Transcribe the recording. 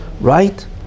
right